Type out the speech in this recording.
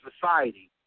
society